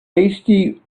hasty